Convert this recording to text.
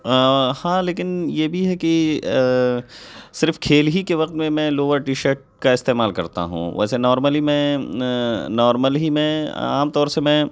ہاں لیکن یہ بھی ہے کہ صرف کھیل ہی کے وقت میں لور ٹی شرٹ کا استعمال کرتا ہوں ویسے نارملی میں نارمل ہی میں عام طور سے میں